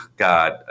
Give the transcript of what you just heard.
God